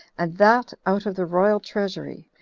and that out of the royal treasury,